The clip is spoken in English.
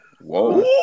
Whoa